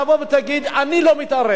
תבוא ותגיד: אני לא מתערבת.